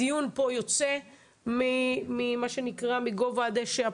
הדיון פה יוצא מגובה הדשא,